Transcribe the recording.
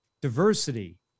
diversity